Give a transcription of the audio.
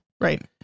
Right